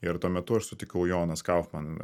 ir tuo metu aš sutikau jonas kaufman